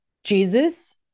Jesus